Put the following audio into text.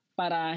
para